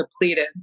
depleted